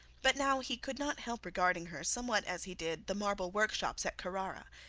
but now he could not help regarding her somewhat as he did the marble workshops at carrara,